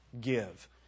Give